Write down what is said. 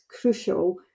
crucial